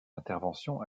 intervention